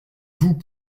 vous